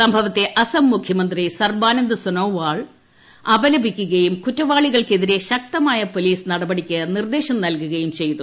സംഭവത്തെ അസം മുഖ്യമന്ത്രി സർബാനന്ദ സോനോവാൾ അപലപിക്കുകയും കുറ്റവാളികൾക്കെതിരെ ശക്തമായ പൊലീസ് നടപടിക്ക് നിർദ്ദേശം നൽകുകയും ചെയ്തു